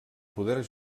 poder